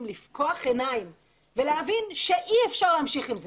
לפקוח עיניים ולהבין שאי אפשר להמשיך עם זה,